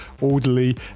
orderly